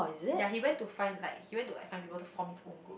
ya he went to find like he went to like find people to form his own group